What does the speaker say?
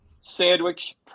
sandwich